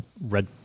red